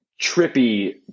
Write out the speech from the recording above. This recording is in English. trippy